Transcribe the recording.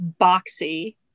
boxy